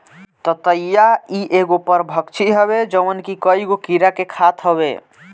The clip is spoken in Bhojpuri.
ततैया इ एगो परभक्षी हवे जवन की कईगो कीड़ा के खात हवे